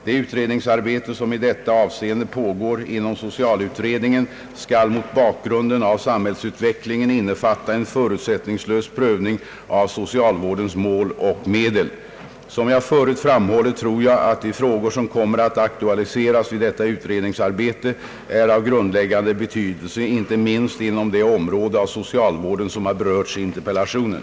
Det utredningsarbete som i detta avseende pågår inom socialutredningen skall mot bakgrunden av samhällsutvecklingen innefatta en förutsättningslös prövning av socialvårdens mål och medel. Som jag förut framhållit tror jag att de frågor som kommer att aktualiseras vid detta utredningsarbete är av grundläggande betydelse inte minst inom det område av socialvården som har berörts i interpellationen.